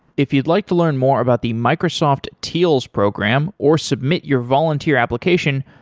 if you'd like to learn more about the microsoft teals program or submit your volunteer application,